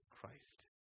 Christ